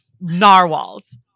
narwhals